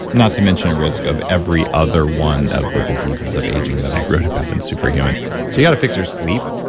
not to mention a risk of every other one of the diseases of aging that i wrote about in super human. so got to fix your sleep.